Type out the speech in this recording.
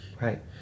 right